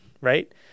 Right